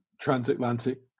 transatlantic